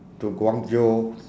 to guangzhou